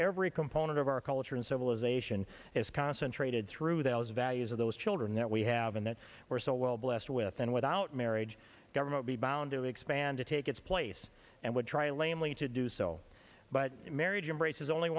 every component of our culture and civilization and is concentrated through those values of those children that we have and that we're so well blessed with and without marriage government be bound to expand to take its place and would try lamely to do so but marriage embraces only